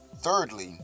Thirdly